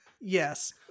yes